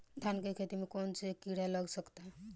धान के खेती में कौन कौन से किड़ा लग सकता?